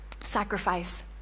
sacrifice